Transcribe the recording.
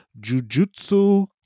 Jujutsu